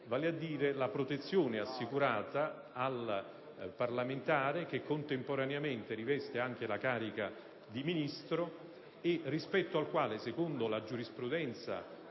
vale a dire la protezione assicurata al parlamentare che contemporaneamente rivesta anche la carica di Ministro e rispetto al quale, secondo la giurisprudenza